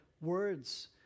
words